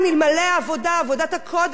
עבודת הקודש שעושים בתקשורת.